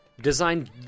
designed